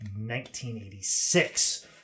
1986